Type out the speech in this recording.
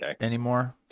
anymore